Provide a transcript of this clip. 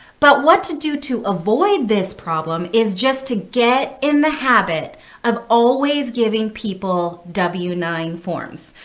but what to do to avoid this problem is just to get in the habit of always giving people w nine forms.